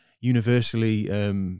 universally